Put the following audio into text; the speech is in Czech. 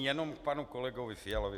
Jenom k panu kolegovi Fialovi.